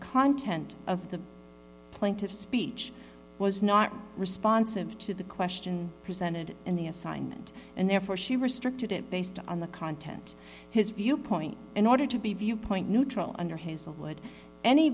content of the plaintiff's speech was not responsive to the question presented in the assignment and therefore she restricted it based on the content his viewpoint in order to be viewpoint neutral under his would any